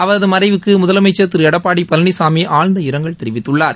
அவரது மறைவுக்கு முதலமைச்சர் திரு எடப்பாடி பழனிசாமி ஆழ்ந்த இரங்கல் தெரிவித்துள்ளார்